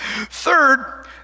Third